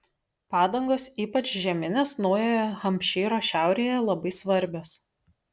padangos ypač žieminės naujojo hampšyro šiaurėje labai svarbios